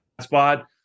spot